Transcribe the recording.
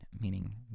meaning